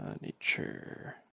Nature